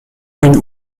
une